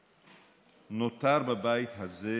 נותר בבית הזה